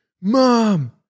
Mom